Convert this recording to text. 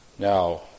Now